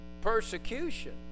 persecution